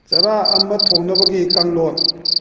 ꯆꯔꯥ ꯑꯃ ꯊꯣꯡꯅꯕꯒꯤ ꯀꯥꯡꯂꯣꯟ